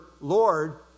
Lord